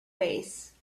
vase